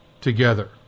together